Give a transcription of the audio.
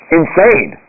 insane